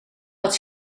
had